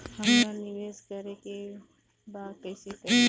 हमरा निवेश करे के बा कईसे करी?